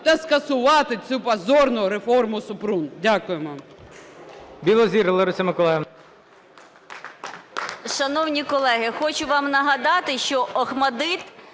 Та скасувати цю позорну реформу Супрун. Дякуємо.